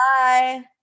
bye